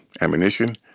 ammunition